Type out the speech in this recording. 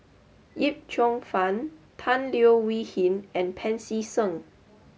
Yip Cheong Fun Tan Leo Wee Hin and Pancy Seng